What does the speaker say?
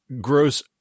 Gross